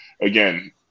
Again